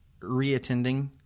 reattending